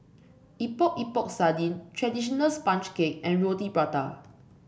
Epok Epok Sardin traditional sponge cake and Roti Prata